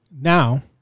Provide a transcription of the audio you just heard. Now